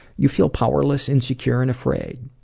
you feel powerless, insecure, and afraid.